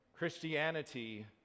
Christianity